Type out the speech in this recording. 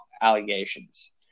allegations